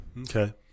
Okay